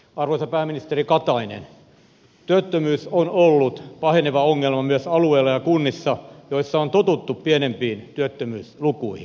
arvoisa pääministeri katainen työttömyys on ollut paheneva ongelma myös alueilla ja kunnissa joissa on totuttu pienempiin työttömyyslukuihin